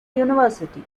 university